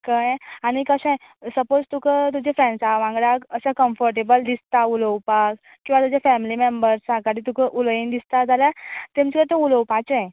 कळ्ळें आनी कशें सपाॅज तुका तुजे फ्रेंड्सा वांगडा अशें कम्फरटेबल दिसता उलोवपाक किंवां तुजे फेमिली मेम्बरसा कडेन तुका उलयन दिसता जाल्यार तेंचे तूं उलोवपाचें